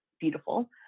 beautiful